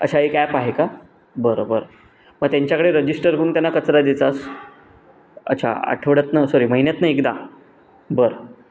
अच्छा एक ॲप आहे का बरं बरं मग त्यांच्याकडे रजिस्टर करून त्यांना कचरा द्यायचाच अच्छा आठवड्यातून सॉरी महिन्यातून एकदा बरं